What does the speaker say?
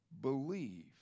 believe